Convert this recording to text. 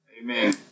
Amen